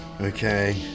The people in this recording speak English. Okay